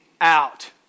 out